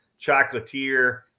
Chocolatier